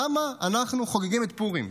למה אנחנו חוגגים את פורים.